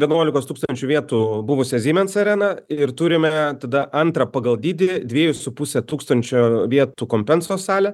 vienuolikos tūkstančių vietų buvusią siemens areną ir turime tada antrą pagal dydį dviejų su puse tūkstančio vietų kompensos salę